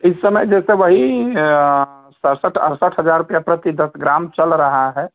इस समय जैसे वही सढ़सठ अढ़सठ हज़ार रुपये प्रति दस ग्राम चल रहा है